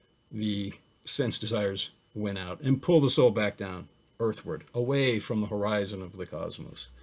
the sense desires win out and pull the soul back down earthward, away from the horizon of the cosmos.